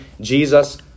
Jesus